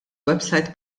website